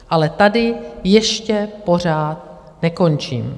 Ale tady ještě pořád nekončím.